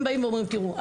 הם באים ואומרים תראו,